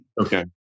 Okay